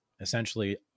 essentially